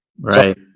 Right